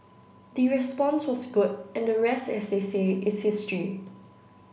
the response was good and the rest as they say is history